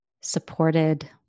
supported